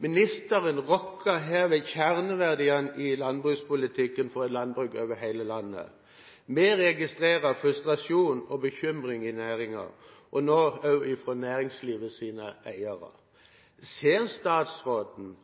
Ministeren rokker her ved kjerneverdiene i landbrukspolitikken for et landbruk over hele landet. Vi registrerer frustrasjon og bekymring i næringen og nå også fra eiere i næringslivet. Ser statsråden